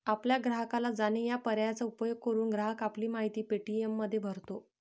आपल्या ग्राहकाला जाणे या पर्यायाचा उपयोग करून, ग्राहक आपली माहिती पे.टी.एममध्ये भरतो